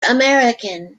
american